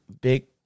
big